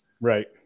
Right